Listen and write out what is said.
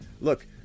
look